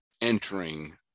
entering